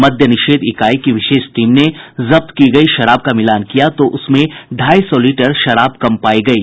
मद्य निषेध इकाई की विशेष टीम ने जब्त की गयी शराब का मिलान किया तो उसमें ढ़ाई सौ लीटर शराब कम पायी गयी